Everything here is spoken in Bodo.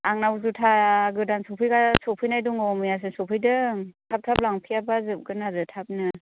आंनाव जुथा गोदान सौफैगा सौफैनाय दङ मैयासो सौफैदों थाब थाब लांफैयाबा जोबगोन आरो थाबनो